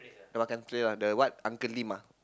the makan place ah that what Uncle-Lim ah